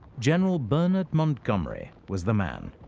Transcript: general bernard montgomery was the man.